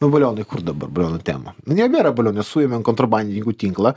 nu balionai kur dabar balionų tema nu nebėra balionų nes suėmėm kontrabandininkų tinklą